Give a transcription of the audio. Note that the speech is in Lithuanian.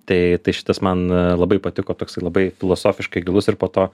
tai tai šitas man labai patiko toksai labai filosofiškai gilus ir po to